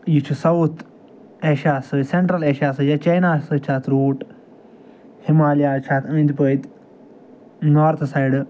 یہِ چھِ ساوُتھ ایشیاہس سۭتۍ سٮ۪نٛٹرٛل ایشیاہس سۭتۍ یا چیناہَس سۭتۍ چھِ اَتھ روٗٹ ہمالیہ چھِ اَتھ أنٛدۍ پٔتۍ نارتھ سایڈٕ